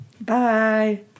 Bye